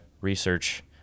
research